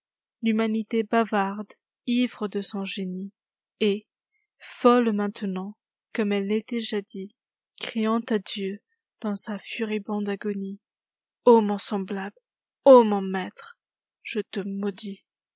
l'humanité bavarde ivre de son génie et folle maintenant comme elle était jadis criant à dieu dans sa furibonde agonie mon semblable ô mon maître je te maudis